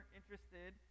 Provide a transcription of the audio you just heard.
interested